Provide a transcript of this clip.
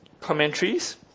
commentaries